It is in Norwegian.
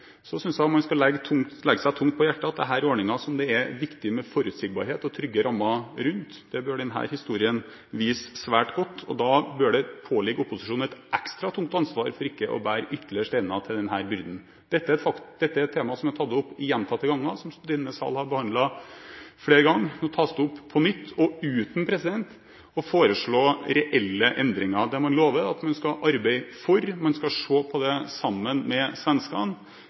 synes også man skal legge seg tungt på hjertet at dette er ordninger der det er viktig med forutsigbarhet og trygge rammer. Det bør denne historien vise svært godt. Da bør det påligge opposisjonen et ekstra tungt ansvar for ikke å legge ytterligere stein til denne byrden. Dette er et tema som gjentatte ganger er tatt opp, og som denne salen har behandlet flere ganger. Nå tas det opp på nytt, og uten å foreslå reelle endringer. Det man lover, er at man skal arbeide for å se på dette sammen med svenskene,